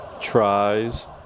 Tries